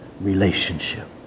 relationship